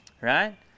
Right